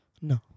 No